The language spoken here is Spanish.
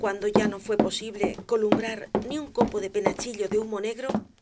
cuando ya no fué posible columbrar ni un copo del penachillo de humo negro